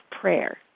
prayer